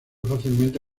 fácilmente